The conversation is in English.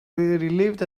relieved